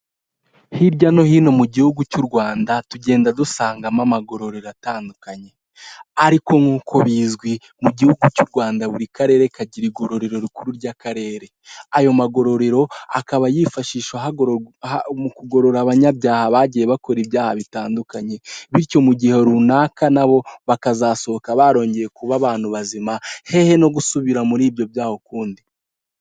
Hirya no hino mu gihugu cy'u Rwanda tugenda dusangamo amagororero atandukanye ariko nk'uko bizwi mu gihugu cy'u Rwanda buri karere kagira igororero rikuru ry'akarere ayo magororero akaba yifashishwa mu kugorora abanyabyaha bagiye bakora ibyaha bitandukanye bityo mu gihe runaka nabo bakazasohoka barongeye kuba abantu bazima hehe no gusubira muri ibyo byaha ukundi.